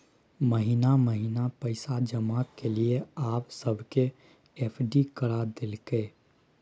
महिना महिना पैसा जमा केलियै आब सबके एफ.डी करा देलकै